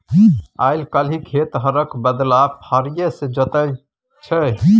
आइ काल्हि खेत हरक बदला फारीए सँ जोताइ छै